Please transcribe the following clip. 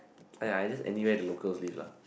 !aiya! just anywhere the locals live lah